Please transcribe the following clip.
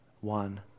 one